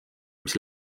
mis